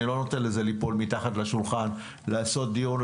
אני לא נותן לזה ליפול מתחת לשולחן לעשות דיון,